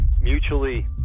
mutually